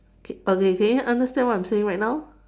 okay can you understand what I'm saying right now